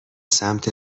سمت